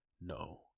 No